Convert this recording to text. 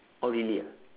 oh really ah